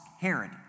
Herod